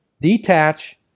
Detach